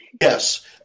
Yes